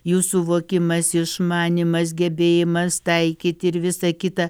jų suvokimas išmanymas gebėjimas taikyti ir visa kita